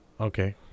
Okay